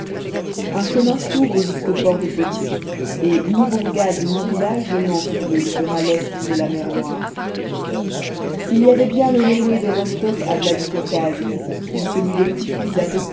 un chemin s'ouvre jusqu'au port de poti et ni bourgades ni villages ne manquent sur le littoral est de la mer noire il y avait bien le railway de rostow à vladi caucase puis celui de